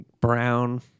brown